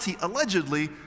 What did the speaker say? allegedly